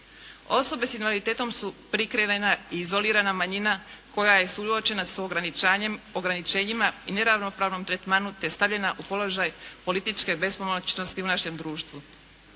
Osobe sa invaliditetom su prikrivena i izolirana manjina koja je suočena sa ograničenjima i neravnopravnom tretmanu te stavljena u položaj političke bespomoćnosti u našem društvu.